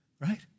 right